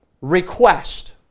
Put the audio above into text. request